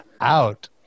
out